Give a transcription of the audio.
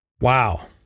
Wow